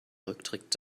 rücktritt